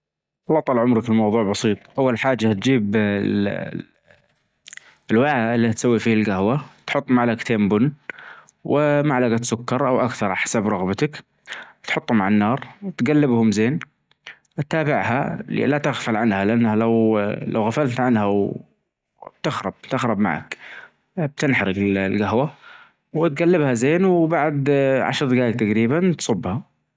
والله طال عمرك الموضوع بسيط أول حاچة تجيب الوعاء اللي تسوي فيه الجهوة تحط معلجتين بن ومعلجة سكر أو أكثر حسب رغبتك، وتحطهم على النار تجلبهم زين تتابعها لا تغفل عنها لأنها لو-لو غفلت عنها و بخرب-بتخرب معاك بتنحرق الجهوة وتجلبها زين وبعد عشر دجايج تجريبا تصبها.